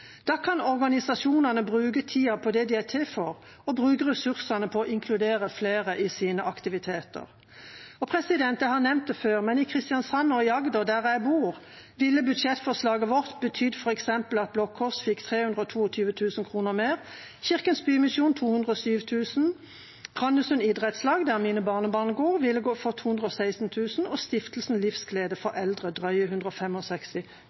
Da kan organisasjonene bruke tida på det de er til for – å bruke ressursene på å inkludere flere i sine aktiviteter. Jeg har nevnt det før, men i Kristiansand og i Agder der jeg bor, ville budsjettforslaget vårt betydd at f.eks. Blå Kors fikk 322 000 kr mer og Kirkens Bymisjon 207 000 kr. Randesund idrettslag, der mine barnebarn går, ville fått 216 000 kr og stiftelsen Livsglede